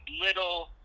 little